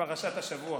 פרשת השבוע,